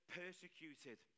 persecuted